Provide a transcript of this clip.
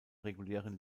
regulären